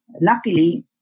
Luckily